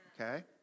Okay